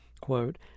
quote